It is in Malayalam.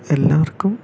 എല്ലാവർക്കും